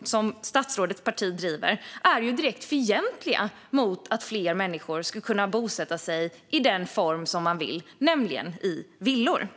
som statsrådets parti driver är direkt fientliga mot att fler människor ska kunna bosätta sig i den boendeform de vill, nämligen i villa.